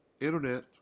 internet